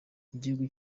igihugu